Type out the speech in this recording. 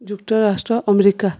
ଯୁକ୍ତରାଷ୍ଟ୍ର ଆମେରିକା